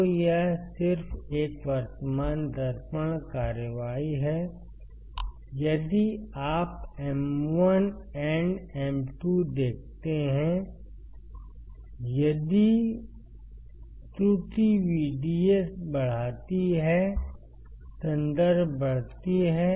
तो यह सिर्फ एक वर्तमान दर्पण कार्रवाई है यदि आप M1 and M2 देखते हैं यदि त्रुटि VDS बढ़ाती है संदर्भ बढ़ती है